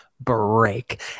break